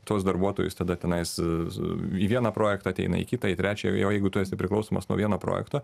tuos darbuotojus tada tenais į vieną projektą ateina į kitą į trečiąją jo o jau jeigu tu esi priklausomas nuo vieno projekto